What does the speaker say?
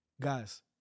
Guys